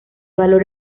valor